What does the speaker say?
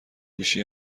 گوشی